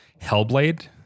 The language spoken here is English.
Hellblade